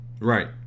Right